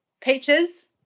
peaches